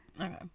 Okay